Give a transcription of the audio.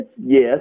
Yes